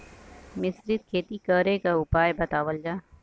मिश्रित खेती करे क उपाय बतावल जा?